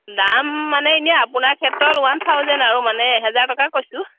দাম মানে এনেই আপোনাৰ ক্ষেত্ৰত ওৱান থাউজেণ্ড আৰু মানে এহেজাৰ টকা কৈছোঁ